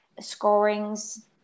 scorings